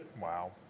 Wow